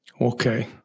Okay